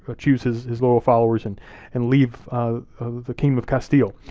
ah choose his his loyal followers and and leave the kingdom of castile.